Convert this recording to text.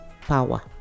power